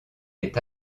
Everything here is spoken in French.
est